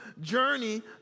journey